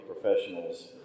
professionals